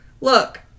Look